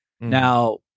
Now